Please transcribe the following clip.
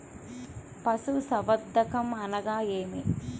పశుసంవర్ధకం అనగా ఏమి?